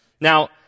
Now